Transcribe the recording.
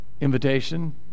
invitation